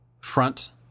front